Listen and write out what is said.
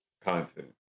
content